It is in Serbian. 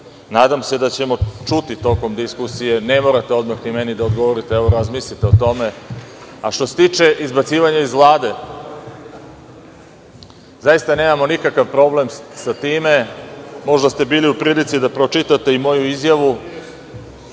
Nadam se da ćemo čuti tokom diskusije. Ne morate odmah meni da odgovorite. Evo, razmislite o tome. Što se tiče izbacivanje iz Vlade, zaista nemamo nikakav problem sa time. Možda ste bili u prilici da pročitate i moju izjavu.